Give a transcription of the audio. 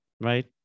right